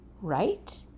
right